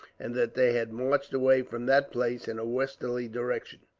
and that they had marched away from that place in a westerly direction.